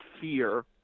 fear